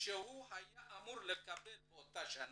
שהיה אמור לקבל באותה שנה,